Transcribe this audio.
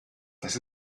das